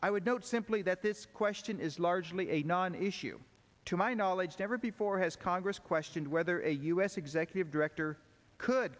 i would note simply that this question is largely a non issue to my knowledge never before has congress questioned whether a us executive director could